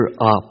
up